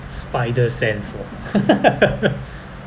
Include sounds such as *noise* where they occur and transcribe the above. spider sense lor *laughs*